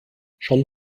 schon